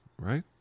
right